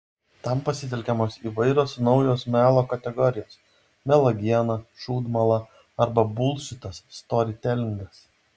tam pasitelkiamos įvairios naujausios melo kategorijos melagiena šūdmala arba bulšitas storytelingas